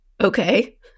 Okay